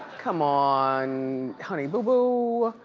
come on, honey boo boo.